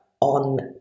on